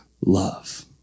love